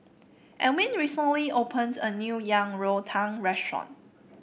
Ewell recently opened a new Yang Rou Tang restaurant